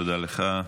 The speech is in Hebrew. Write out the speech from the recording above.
תודה לך.